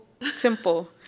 simple